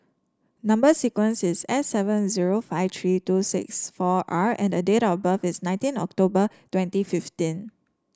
number sequence is S seven zero five three two six four R and date of birth is nineteen October twenty fifteen